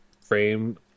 frame